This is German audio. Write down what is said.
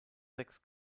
sechs